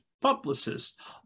publicists